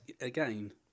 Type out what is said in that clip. again